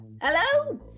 hello